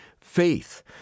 Faith